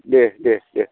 दे दे दे